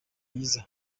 myiza